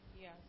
Yes